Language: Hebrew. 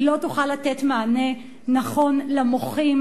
היא לא תוכל לתת מענה נכון למוחים,